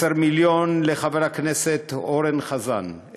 10 מיליון לחבר הכנסת אורן חזן,